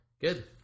good